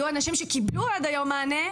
יהיו אנשים שקיבלו עד היום מענה,